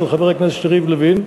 של חבר הכנסת יריב לוין,